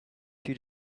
two